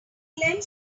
clenched